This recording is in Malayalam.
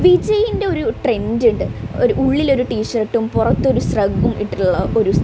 വിജയിൻ്റെ ഒരു ട്രെൻഡ് ഉണ്ട് ഒര് ഉള്ളിലൊര് ടീഷർട്ടും പുറത്തൊരു ശ്രഗ്ഗും ഇട്ടിട്ടുള്ള ഒരു